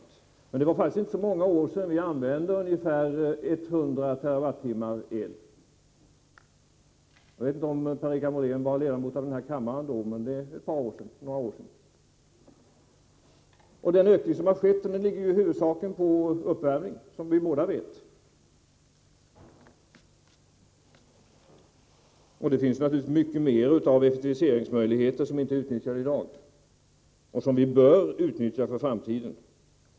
Det är faktiskt inte, Per-Richard Molén, så många år sedan vi använde ungefär 100 TWh el. Jag vet inte om Per-Richard Molén var ledamot av denna kammare då, men det är några år sedan. Den ökning som har skett ligger, som vi båda vet, i huvudsak på uppvärmning. Det finns naturligtvis många fler effektiviseringsmöjligheter som inte är utnyttjade i dag och som vi bör utnyttja för framtiden.